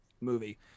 movie